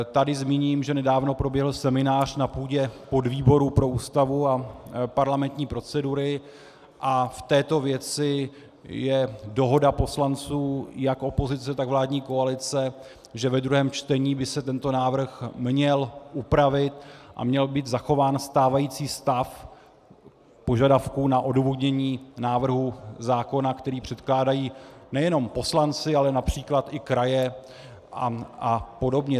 Tady zmíním, že nedávno proběhl seminář na půdě podvýboru pro Ústavu a parlamentní procedury a v této věci je dohoda poslanců jak opozice, tak vládní koalice, že ve druhém čtení by se tento návrh měl upravit a měl být zachován stávající stav požadavků na odůvodnění návrhu zákona, který předkládají nejenom poslanci, ale například i kraje a podobně.